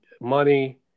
money